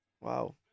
wow